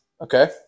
Okay